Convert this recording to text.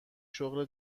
شغل